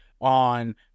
on